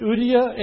Udia